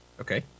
Okay